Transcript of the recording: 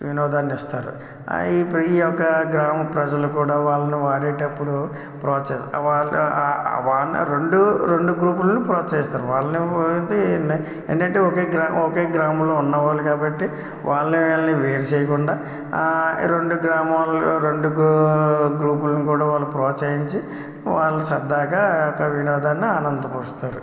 వినోదాన్ని ఇస్తారు ఈ పి యొక్క గ్రామ ప్రజలు కూడా వాళ్ళని ఆడేటప్పుడు ప్రోత్స వాళ్ళ రెండు రెండు గ్రూపులని ప్రోత్సహిస్తారు వాళ్ళను ఏంటంటే ఒకే ఒకే గ్రామంలో ఉన్నవారు కాబట్టి వాళ్ళని వీళ్ళని వేరు చేయకుండా రెండు గ్రామం రెండు గ్రూపులను కూడా వాళ్ళ ప్రోత్సహించి వాళ్ళ సరదాగా ఒక వినోదాన్ని ఆనందపరుస్తారు